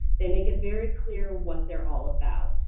they make it very clear what they're all about,